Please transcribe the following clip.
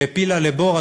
שהפילה לבור,